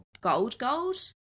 gold-gold